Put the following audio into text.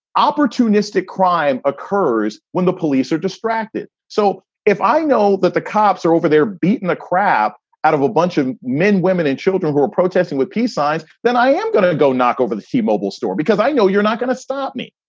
opportunistic crime occurs when the police are distracted. so if i know that the cops are over there beating the crap out of a bunch of men, women and children who are protesting with peace signs, then i am going to go knock over the t-mobile store because i know you're not going to stop me.